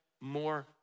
more